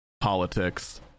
politics